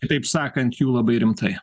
kitaip sakant jų labai rimtai